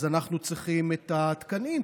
אנחנו צריכים את התקנים,